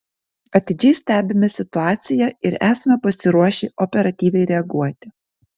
atidžiai stebime situaciją ir esame pasiruošę operatyviai reaguoti